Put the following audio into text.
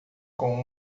com